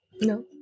No